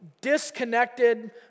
disconnected